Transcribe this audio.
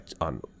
on